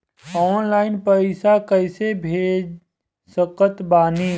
Online पैसा कैसे भेज सकत बानी?